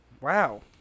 Wow